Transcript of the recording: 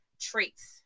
traits